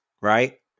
right